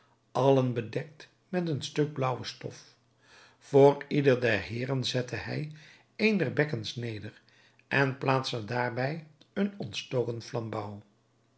allen bedekt met een stuk blaauwe stof voor ieder der heeren zette hij een der bekkens neder en plaatste daarbij een ontstoken flambouw